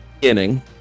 beginning